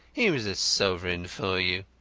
here is a sovereign for you.